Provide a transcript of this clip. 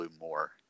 more